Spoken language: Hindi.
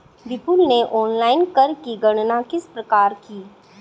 विपुल ने ऑनलाइन कर की गणना किस प्रकार की?